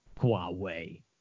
Huawei